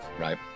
Right